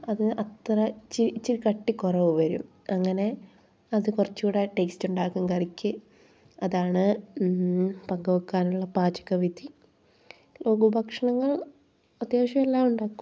അത് അത്ര ഇച്ചി ഇച്ചിരി കട്ടികുറവ് വരും അങ്ങനെ അത് കുറച്ച് കൂടി റ്റേസ്റ്റുണ്ടാകും കറിക്ക് അതാണ് പങ്ക് വെക്കാനുള്ള പാചക വിധി ലഘു ഭക്ഷണങ്ങൾ അത്യാവശ്യം എല്ലാം ഉണ്ടാക്കും